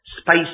space